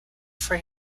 for